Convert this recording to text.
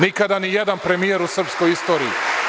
Nikada ni jedan premijer u srpskoj istoriji.